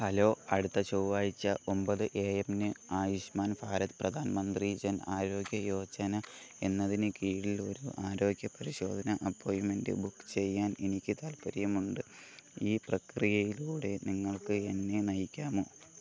hello അടുത്ത ചൊവ്വാഴ്ച ഒമ്പത് എ എം ന് ആയുഷ്മാൻ ഭാരത് പ്രധാൻ മന്ത്രി ജൻ ആരോഗ്യ യോജന എന്നതിന് കീഴിൽ ഒരു ആരോഗ്യ പരിശോധന അപ്പോയിൻമെൻ്റ് ബുക്ക് ചെയ്യാൻ എനിക്ക് താൽപ്പര്യമുണ്ട് ഈ പ്രക്രിയയിലൂടെ നിങ്ങൾക്ക് എന്നെ നയിക്കാമോ